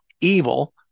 evil